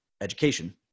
education